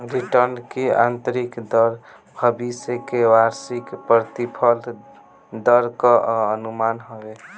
return की आतंरिक दर भविष्य के वार्षिक प्रतिफल दर कअ अनुमान हवे